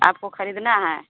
आपको खरीदना है